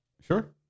Sure